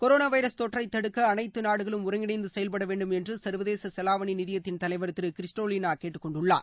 corona virus தொற்றை தடுக்க அனைத்து நாடுகளும் ஒருங்கிணைந்து செயல்பட வேண்டும் என்று சர்வதேச செலாவணி நிதியத்தின் தலைவர் திரு கிறிஸ்டெலினா கேட்டுக்கொண்டுள்ளார்